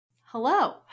Hello